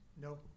No